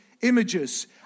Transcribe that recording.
images